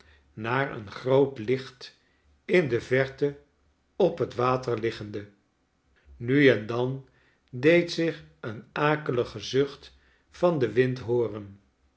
naar een groot licht in de verte op het water liggende nu en dan deed zich een akelige zucht van den wind hooren